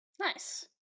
Nice